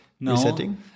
resetting